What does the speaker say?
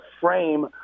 frame